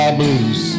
blues